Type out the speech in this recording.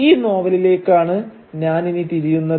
ഈ നോവലിലേക്കാണ് ഞാൻ ഇനി തിരിയുന്നത്